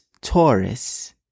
Taurus